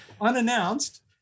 unannounced